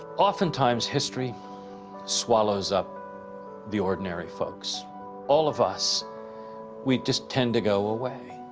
oftentimes history swallows up the ordinary folks all of us we just tend to go away